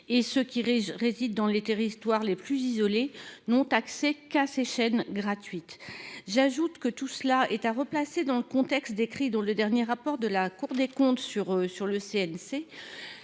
et ceux qui résident dans les territoires les plus isolés, n’ont accès qu’à ces chaînes gratuites. Il faut replacer la situation dans le contexte décrit dans le dernier rapport de la Cour des comptes sur le CNC.